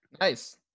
Nice